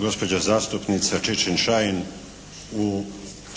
gospođa zastupnica Čičin-Šain u